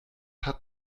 hat